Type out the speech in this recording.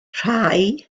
rhai